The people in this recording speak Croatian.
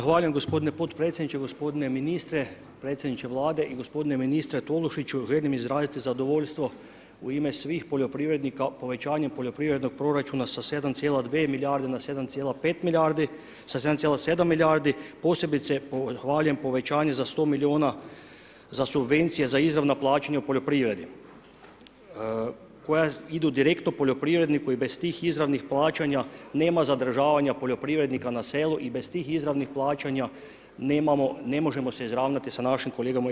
Zahvaljujem gospodine podpredsjedniče, gospodine ministre, predsjedniče Vlade i gospodine ministre Tolušiću, želim izraziti zadovoljstvo u ime svih poljoprivrednika povećanje poljoprivrednog proračuna sa 7,2 milijarde na 7,5 milijarde, sa 7,7 milijardi posebice pohvaljujem povećanje za 100 miliona za subvencije za izravna plaćanja u poljoprivredi koja idu direktno poljoprivredniku i bez tih izravnih plaćanja nema zadržavanja poljoprivrednika na selu i bez tih izravnih plaćanja ne možemo se izravnati sa našim kolegama u EU.